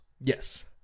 Yes